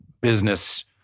business